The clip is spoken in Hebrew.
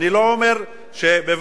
אני לא אומר שבבת-אחת,